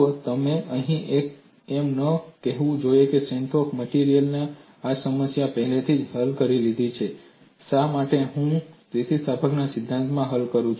જુઓ તમારે એમ ન કહેવું જોઈએ કે મેં સ્ટ્રેન્થ ઓફ માટેરિયલ્સમાં આ સમસ્યા પહેલાથી જ હલ કરી લીધી છે શા માટે હું તેને સ્થિતિસ્થાપકતાના સિદ્ધાંતમાં હલ કરું